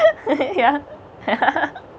here